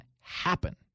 happen